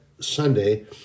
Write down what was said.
Sunday